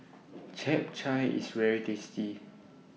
Chap Chai IS very tasty